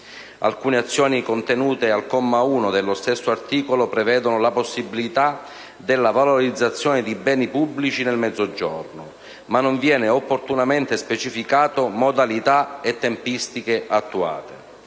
Alcune azioni contenute al comma 1 dello stesso articolo prevedono la possibilità della valorizzazione di beni pubblici nel Mezzogiorno ma non vengano opportunamente specificato modalità e tempistiche attuative.